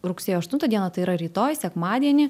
rugsėjo aštuntą dieną tai yra rytoj sekmadienį